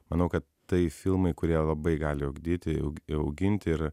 manau kad tai filmai kurie labai gali ugdyti auginti ir